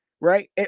Right